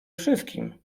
wszystkim